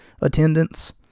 attendance